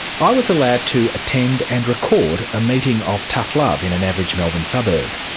i was allowed to attend and record a meeting of tough love in an average melbourne suburb.